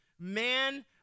Man